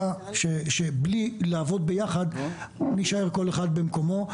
בהכרה שבלי לעבוד ביחד נישאר כל אחד במקומו.